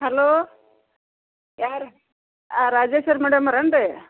hello ಯಾರು ಹಾಂ Rajeshwari madam ಅವ್ರು ಏನು ರಿ